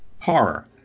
horror